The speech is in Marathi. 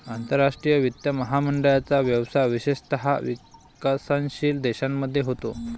आंतरराष्ट्रीय वित्त महामंडळाचा व्यवसाय विशेषतः विकसनशील देशांमध्ये होतो